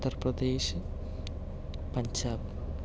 Uttar Pradesh Punjab